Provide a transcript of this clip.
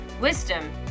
wisdom